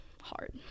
hard